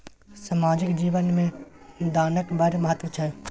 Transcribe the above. सामाजिक जीवन मे दानक बड़ महत्व छै